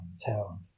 talent